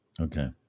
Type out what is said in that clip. Okay